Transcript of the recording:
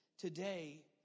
today